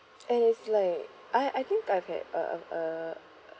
and it's like I I think I've had a uh uh